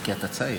זה כי אתה צעיר.